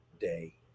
day